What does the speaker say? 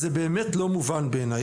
זה באמת לא מובן בעיני.